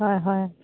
হয় হয়